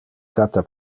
cata